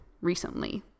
recently